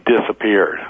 disappeared